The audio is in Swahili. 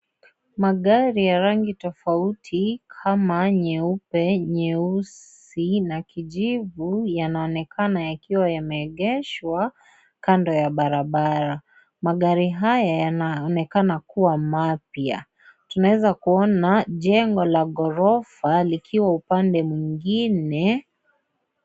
Magari ya rangi tofauti kama nyeupe, nyeusi na kijuvu yanaonekana yakiwa yameegeshwa kando ya barabara. Magari haya yanaonekana kuwa mapya. Tunaweza kuona jengo la ghorofa likiwa upande mwingine .